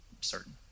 certain